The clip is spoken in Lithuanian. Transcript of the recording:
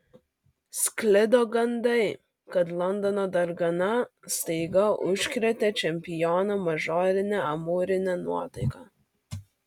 sklido gandai kad londono dargana staiga užkrėtė čempioną mažorine amūrine nuotaika